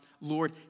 Lord